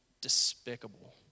despicable